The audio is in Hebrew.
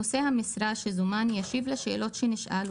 נושא המשרה שזומן ישיב לשאלות שנשאל,